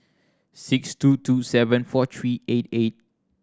six two two seven four three eight eight